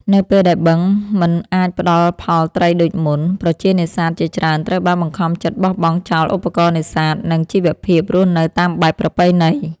នៅពេលដែលបឹងមិនអាចផ្តល់ផលត្រីដូចមុន ប្រជានេសាទជាច្រើនត្រូវបានបង្ខំចិត្តបោះបង់ចោលឧបករណ៍នេសាទ និងជីវភាពរស់នៅតាមបែបប្រពៃណី។